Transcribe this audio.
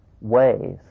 ways